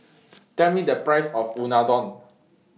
Tell Me The Price of Unadon